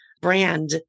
brand